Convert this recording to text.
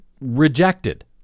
rejected